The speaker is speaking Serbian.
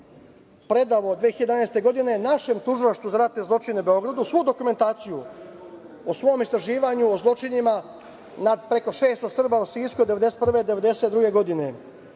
predao 2011. godine našem Tužilaštvu za ratne zločine u Beogradu svu dokumentaciju o svom istraživanju, o zločinima nad preko 600 Srba u Sisku od 1991-1992 godine.